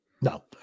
No